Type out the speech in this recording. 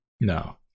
No